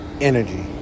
energy